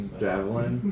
javelin